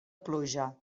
pluja